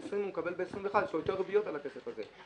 יש לו יותר ריביות על הכסף הזה.